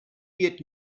wird